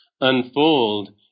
unfold